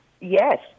Yes